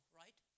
right